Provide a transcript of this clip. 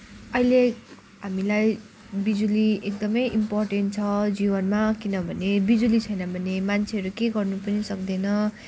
अहिले हामीलाई बिजुली एकदमै इम्पोर्टेन्ट छ जीवनमा किनभने बिजुली छैन भने मान्छेहरू केही गर्नु पनि सक्दैन